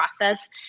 process